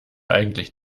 eigentlich